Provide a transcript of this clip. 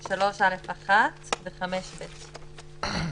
3א(1) ו-5(ב).